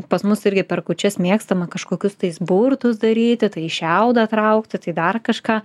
pas mus irgi per kūčias mėgstama kažkokius tais burtus daryti tai šiaudą traukti tai dar kažką